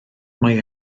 mae